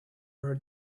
her